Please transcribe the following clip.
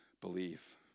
believe